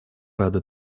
рады